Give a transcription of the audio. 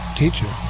teacher